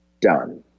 done